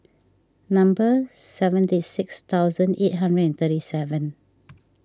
number seventy six thousand eight hundred and thirty seven